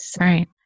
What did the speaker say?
Right